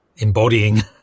Embodying